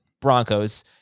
Broncos